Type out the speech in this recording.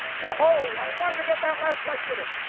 oh, i wanted to get that last question in,